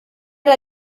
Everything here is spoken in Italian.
era